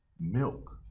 milk